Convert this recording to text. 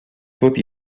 tot